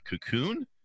cocoon